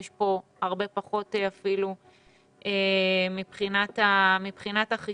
יש כאן הרבה פחות מבחינת החישוב.